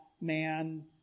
man